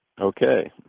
Okay